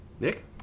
Nick